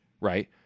right